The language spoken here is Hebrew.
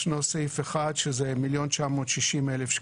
ישנו סעיף אחד שזה 1.960 מיליון,